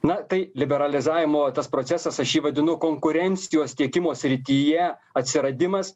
na tai liberalizavimo tas procesas aš jį vadinu konkurencijos tiekimo srityje atsiradimas